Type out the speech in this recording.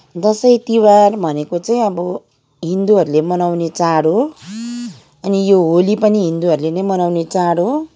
दसैँ तिहार भनेको चाहिँ अब हिन्दूहरूले मनाउने चाड हो अनि यो होली पनि हिन्दूहरूले नै मनाउने चाड हो